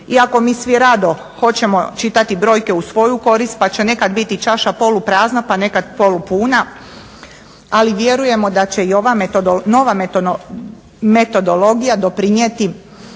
iako mi svi rado hoćemo čitati brojke u svoju korist pa će nekad čaša biti poluprazna pa nekad polupuna ali vjerujemo da će ova nova metodologija doprinijeti